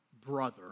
brother